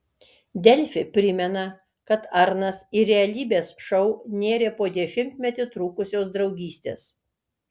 delfi primena kad arnas į realybės šou nėrė po dešimtmetį trukusios draugystės